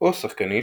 או שחקנית